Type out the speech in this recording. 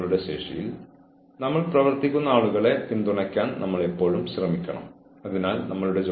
അതിനു ശേഷവും കാര്യങ്ങൾ മാറുന്നില്ലെങ്കിൽ തുടർയോഗവും പുതിയ ടൈംടേബിളും പ്ലാനും രൂപീകരിക്കും